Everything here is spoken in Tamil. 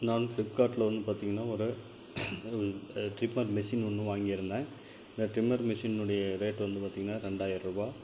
நான் ஃப்ளிப்கார்ட்டில் வந்து பார்த்திங்கன்னா ஒரு ட்ரிம்மர் மிஷின் ஒன்று வாங்கியிருந்தேன் இந்த ட்ரிம்மர் மிஷினுடைய ரேட்டு வந்து பார்த்திங்கன்னா ரெண்டாயிரம் ரூபாய்